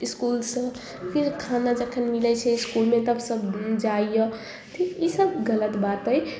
school सऽ फेर खाना जखन मिलै छै इसकूलमे तब सब जाइया इसब गलत बात अइ